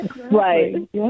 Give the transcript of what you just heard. right